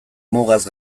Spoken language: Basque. mugaz